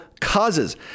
causes